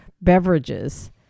beverages